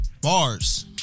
Bars